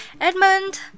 Edmund